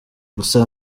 gusa